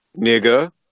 nigga